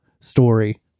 story